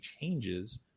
changes